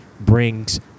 brings